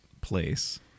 place